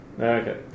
Okay